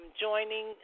joining